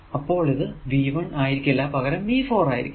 അപ്പോൾ ഇത് ആയിരിക്കില്ല പകരം ആയിരിക്കും